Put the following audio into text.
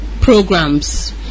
programs